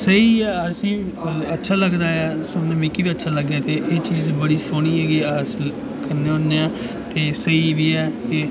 स्हेई असेंगी अच्छा लगदा ऐ ते सुनने गी मिगी बी बड़ा अच्छा लगदा कि एह् चीज होई जा ते कन्नै ते स्हेई बी ऐ एह्